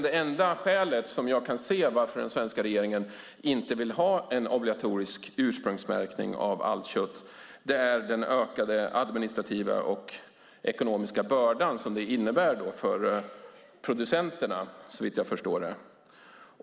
Det enda skälet som jag kan se till att den svenska regeringen inte vill ha en obligatorisk ursprungsmärkning av allt kött är den ökade administrativa och ekonomiska börda som det innebär för producenterna.